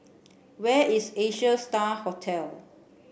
where is Asia Star Hotel